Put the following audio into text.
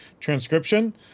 transcription